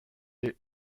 est